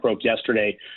yesterday